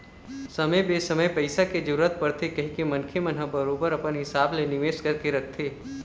समे बेसमय पइसा के जरूरत परथे कहिके मनखे मन ह बरोबर अपन हिसाब ले निवेश करके रखथे